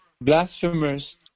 blasphemers